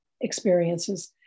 experiences